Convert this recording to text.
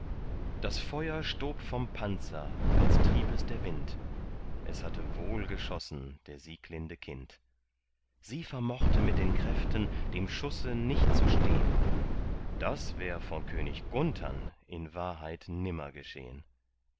das feuer stob vom panzer als trieb es der wind es hatte wohl geschossen der sieglinde kind sie vermochte mit den kräften dem schusse nicht zu stehn das wär von könig gunthern in wahrheit nimmer geschehn